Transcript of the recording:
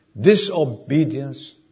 disobedience